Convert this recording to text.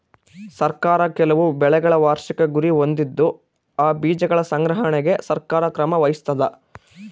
ಸರ್ಕಾರ ಕೆಲವು ಬೆಳೆಗಳ ವಾರ್ಷಿಕ ಗುರಿ ಹೊಂದಿದ್ದು ಆ ಬೀಜಗಳ ಸಂಗ್ರಹಣೆಗೆ ಸರ್ಕಾರ ಕ್ರಮ ವಹಿಸ್ತಾದ